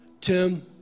Tim